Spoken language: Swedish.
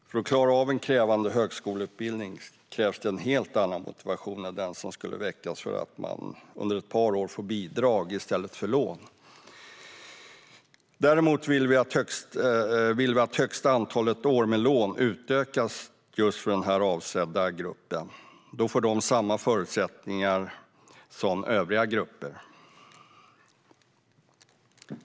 För att klara av en krävande högskoleutbildning krävs en helt annan motivation än den som skulle väckas för att man under ett par år får bidrag i stället för lån. Däremot vill vi att högsta antalet år med lån utökas just för den avsedda gruppen, som då skulle få samma förutsättningar som övriga grupper.